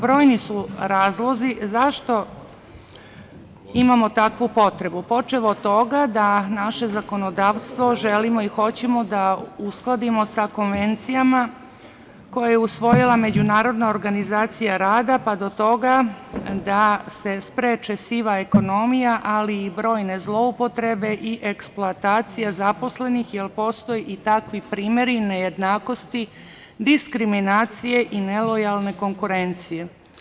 Brojni su razlozi zašto imamo takvu potrebu, počev od toga naše zakonodavstvo želimo i hoćemo da uskladimo sa konvencijama koje je usvojila međunarodna organizacija rada, pa do toga da se spreči siva ekonomija, ali brojne zloupotrebe i eksploatacija zaposlenih, jer postoje i takvi primeri nejednakosti, diskriminacije i nelojalne konkurencije.